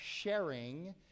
sharing